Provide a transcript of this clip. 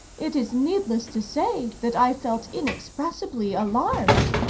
it is needless to say that i felt inexpressibly alarmed.